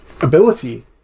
ability